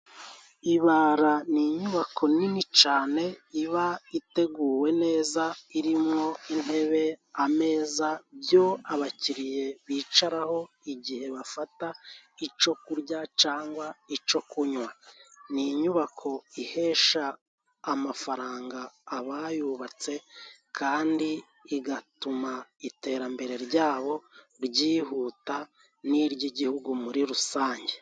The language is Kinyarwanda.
Ibara ni inyubako nini cyane iba iteguwe neza, irimo intebe, ameza byo abakiriya bicaraho igihe bafata icyo kurya ni icyo kunywa, ni inyubako ihesha amafaranga abayubatse, kandi igatuma iterambere ryabo ryihuta n'iry'igihugu muri rusange.